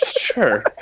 Sure